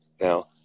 Now